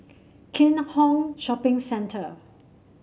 Keat Hong Shopping Centre